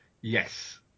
Yes